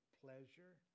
pleasure